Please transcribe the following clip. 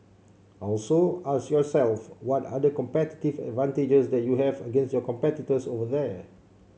also ask yourself what are the competitive advantages that you have against your competitors over there